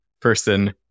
person